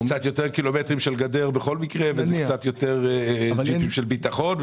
זה קצת יותר קילומטרים של גדר בכל מקרה וזה קצת יותר ג'יפים של ביטחון.